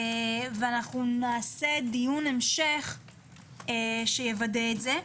נעשה דיון המשך שיוודא את זה,